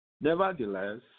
Nevertheless